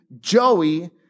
Joey